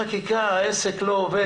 אין חקיקה, העסק לא עובד.